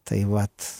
tai vat